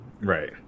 right